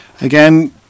Again